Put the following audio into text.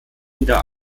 wieder